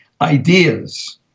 ideas